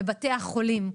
בבתי החולים.